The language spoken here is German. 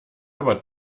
aber